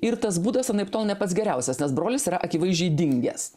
ir tas būdas anaiptol ne pats geriausias nes brolis yra akivaizdžiai dingęs